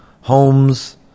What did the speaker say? homes